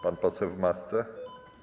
Pan poseł w masce?